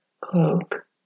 cloak